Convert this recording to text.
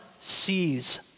sees